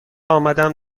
آمدم